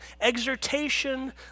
exhortation